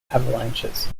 avalanches